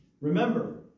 Remember